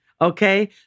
Okay